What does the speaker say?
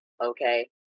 okay